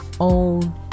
own